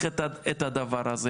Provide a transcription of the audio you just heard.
את הדבר הזה.